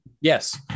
Yes